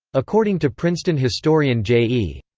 according to princeton historian j e.